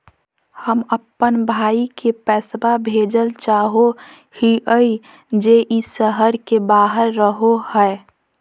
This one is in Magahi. हम अप्पन भाई के पैसवा भेजल चाहो हिअइ जे ई शहर के बाहर रहो है